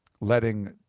letting